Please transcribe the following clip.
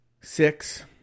Six